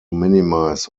minimize